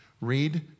read